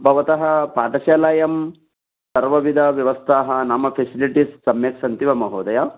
भवतः पाठशालायां सर्वविधव्यवस्थाः नाम फ़ेसिलिटीस् सम्यक् सन्ति वा महोदय